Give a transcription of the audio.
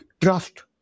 trust